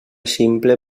ximple